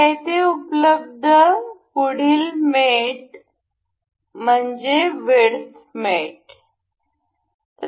येथे उपलब्ध पुढील मेट वीडथ मेट आहे